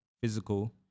physical